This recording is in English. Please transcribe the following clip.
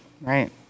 Right